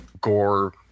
gore